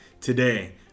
Today